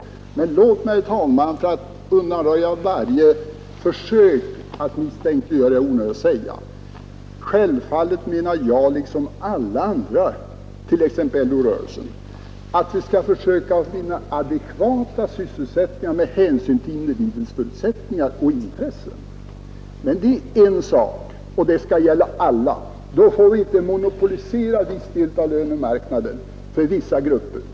Låt mig emellertid, herr talman, för att undanröja varje försök att misstänkliggöra mina ord säga, att jag självfallet menar detsamma som man gör t.ex. inom LO-rörelsen, att vi skall försöka finna adekvata sysselsättningar med hänsyn till varje individs förutsättningar och intressen. Men det är en sak, och det skall gälla för alla. Och då får vi inte monopolisera en del av lönemarknaden för vissa grupper.